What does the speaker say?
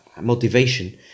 motivation